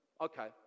okay